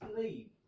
leave